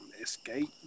Escape